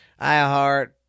iheart